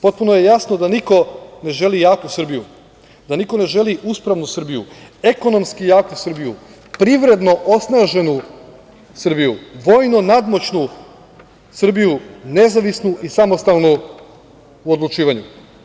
Potpuno je jasno da niko ne želi jaku Srbiju, da niko ne želi uspravnu Srbiju, ekonomski jaku Srbiju, privredno osnaženu Srbiju, vojno nadmoćnu Srbiju, nezavisnu i samostalnu u odlučivanju.